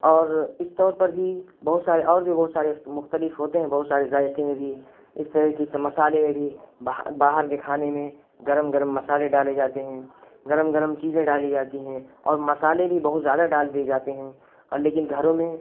اور اس طور پر بھی بہت سارے اور بھی بہت سارے مختلف ہوتے ہیں بہت سارے ذائقے میں بھی اس طرح کی جیسے مصالحے میں بھی باہر کے کھانے میں گرم گرم مصالحے ڈالے جاتے ہیں گرم گرم چیزیں ڈالی جاتی ہیں اور مصالحے بھی بہت زیادہ ڈال دیے جاتے ہیں اور لیکن گھروں میں